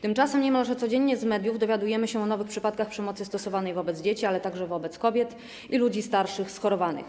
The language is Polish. Tymczasem niemalże codziennie z mediów dowiadujemy się o nowych przypadkach przemocy stosowanej wobec dzieci, ale także wobec kobiet i ludzi starszych, schorowanych.